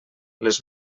les